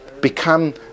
become